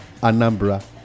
Anambra